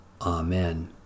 Amen